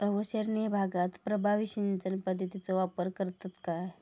अवर्षणिय भागात प्रभावी सिंचन पद्धतीचो वापर करतत काय?